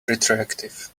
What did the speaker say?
retroactive